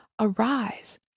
Arise